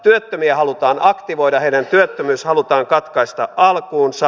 työttömiä halutaan aktivoida heidän työttömyytensä halutaan katkaista alkuunsa